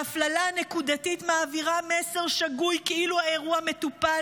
ההפללה הנקודתית מעבירה מסר שגוי כאילו האירוע מטופל,